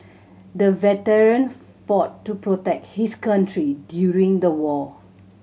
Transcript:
the veteran fought to protect his country during the war